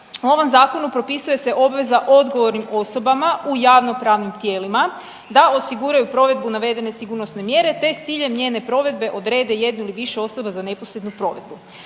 U ovom zakonu propisuje se obveza odgovornim osobama u javnopravnim tijelima da osiguraju provedbu navedene sigurnosne mjere te s ciljem njene provedbe odrede jednu ili više osoba za neposrednu provedbu.